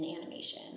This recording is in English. animation